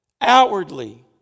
outwardly